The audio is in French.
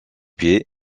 pieds